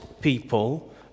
people